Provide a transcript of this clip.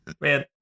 Man